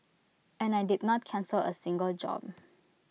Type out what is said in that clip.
and I did not cancel A single job